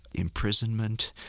imprisonment.